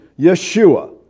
Yeshua